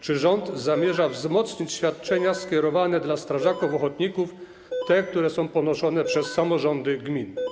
Czy rząd zamierza wzmocnić świadczenia skierowane do strażaków ochotników, te, które są ponoszone przez samorządy gmin?